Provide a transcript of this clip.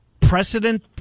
precedent